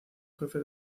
jefe